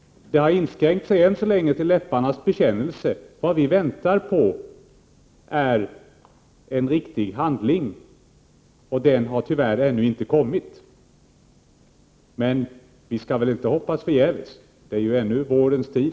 Än så länge har det dock inskränkt sig till läpparnas bekännelse. Vi väntar på en riktig handling, och den har tyvärr ännu inte kommit. Men vi skall väl inte ha hoppats förgäves. Det är ännu vårens tid.